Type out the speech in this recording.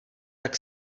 tak